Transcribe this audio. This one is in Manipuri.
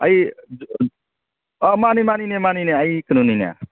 ꯑꯩ ꯃꯥꯅꯤ ꯃꯥꯅꯤꯅꯦ ꯃꯥꯅꯤꯅꯦ ꯑꯩ ꯀꯩꯅꯣꯅꯤꯅꯦ